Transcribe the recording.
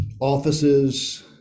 offices